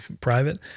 private